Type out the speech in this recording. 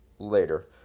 Later